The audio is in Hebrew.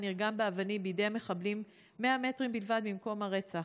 נרגם באבנים בידי מחבלים 100 מטרים בלבד ממקום הרצח.